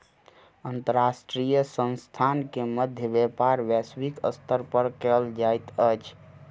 अंतर्राष्ट्रीय संस्थान के मध्य व्यापार वैश्विक स्तर पर कयल जाइत अछि